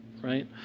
right